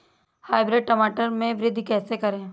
Hybrid टमाटर में वृद्धि कैसे करें?